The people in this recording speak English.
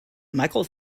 michael